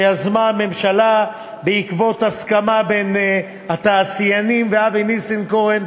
שיזמה הממשלה בעקבות הסכמה בין התעשיינים לאבי ניסנקורן,